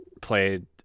played